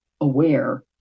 aware